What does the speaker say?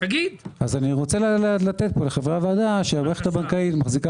אני רוצה לומר לחברי הוועדה שהמערכת הבנקאית מחזיקה